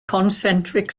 concentric